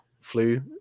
flu